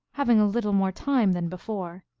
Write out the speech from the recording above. having a little more time than before,